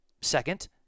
second